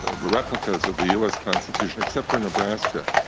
ah replicas of the u. s. constitution except for nebraska,